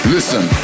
Listen